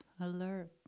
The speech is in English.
alert